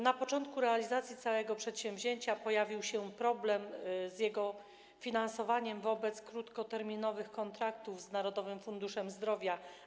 Na początku realizacji całego przedsięwzięcia pojawił się problem z jego finansowaniem w przypadku krótkoterminowych kontraktów z Narodowym Funduszem Zdrowia.